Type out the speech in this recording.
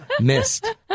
Missed